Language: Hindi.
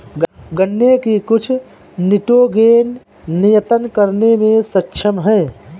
गन्ने की कुछ निटोगेन नियतन करने में सक्षम है